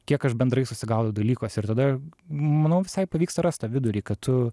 kiek aš bendrai susigaudau dalykuose ir tada manau visai pavyksta rast tą vidurį kad tu